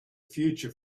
future